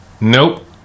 Nope